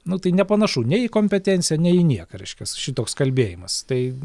nu tai nepanašu nei į kompetenciją nei į nieką reiškias šitoks kalbėjimas tai